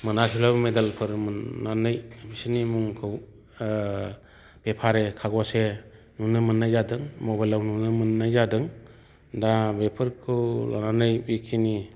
मोनाखैब्लाबो मेदेलफोर मोन्नानै बिसोरनि मुंखौ पेपारै कागजै नुनो मोन्नाय जादों मबाइलाव नुनो मोन्नाय जादों दा बेफोरखौ लानानै बेखिनि